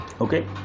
okay